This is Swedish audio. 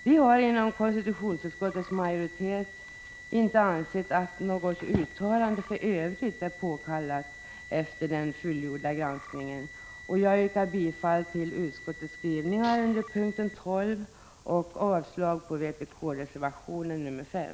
Vi har inom konstitutionsutskottets majoritet inte ansett att något uttalande i övrigt är påkallat efter den fullgjorda granskningen. Jag yrkar därför att utskottets skrivning under punkt 12 godkänns, vilket innebär avslag på vpk:s reservation nr 5.